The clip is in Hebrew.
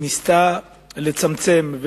שניסתה לצמצם.